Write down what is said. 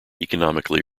economically